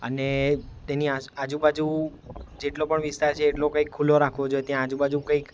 અને તેની આસ આજુ બાજુ જેટલો પણ વિસ્તાર છે એટલો કંઈક ખુલ્લો રાખવો જોઈએ ત્યાં આજુ બાજુ કંઈક